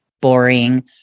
boring